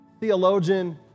theologian